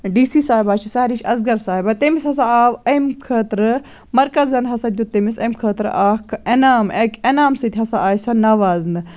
D C صاحبہ چھِ سَہرِش اضگر صاحبہ تٔمِس ہسا آو امہِ خٲطرٕ مرکزن ہسا دیُت تٔمِس امہِ خٲطرٕ اکھ انعام اکہِ انعام سۭتۍ ہسا آسہِ سۄ نوازنہٕ